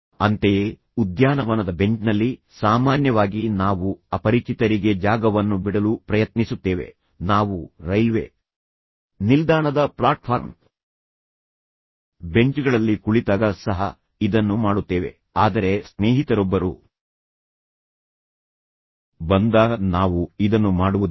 ಅಂತೆಯೇ ಉದ್ಯಾನವನದ ಬೆಂಚ್ನಲ್ಲಿ ಸಾಮಾನ್ಯವಾಗಿ ನಾವು ಅಪರಿಚಿತರಿಗೆ ಜಾಗವನ್ನು ಬಿಡಲು ಪ್ರಯತ್ನಿಸುತ್ತೇವೆ ನಾವು ರೈಲ್ವೆ ನಿಲ್ದಾಣದ ಪ್ಲಾಟ್ಫಾರ್ಮ್ ಬೆಂಚ್ಗಳಲ್ಲಿ ಕುಳಿತಾಗ ಸಹ ಇದನ್ನು ಮಾಡುತ್ತೇವೆ ಆದರೆ ಸ್ನೇಹಿತರೊಬ್ಬರು ಬಂದಾಗ ನಾವು ಇದನ್ನು ಮಾಡುವುದಿಲ್ಲ